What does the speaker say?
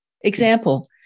Example